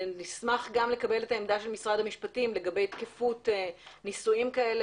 נשמח גם לקבל את העמדה של משרד המשפטים לגבי תקפות נישואים כאלה,